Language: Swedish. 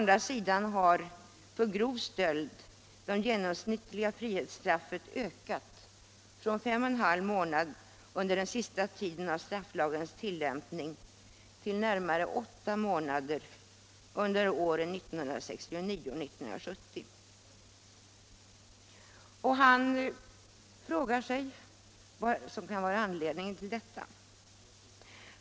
Däremot har det genomsnittliga frihetsstraffet för grov stöld ökat från 5 1/2 månad under den sista tiden av strafflagens tillämpning till närmare 8 månader under åren 1969 och 1970. Han frågar sig vad som kan vara anledningen till detta.